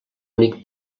únic